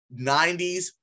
90s